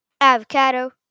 avocado